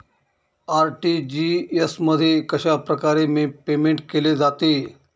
RTGS मध्ये कशाप्रकारे payment केले जाते?